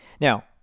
now